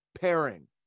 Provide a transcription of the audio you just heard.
pairing